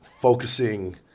Focusing